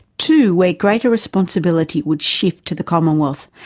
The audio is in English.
two where greater responsibility would shift to the commonwealth,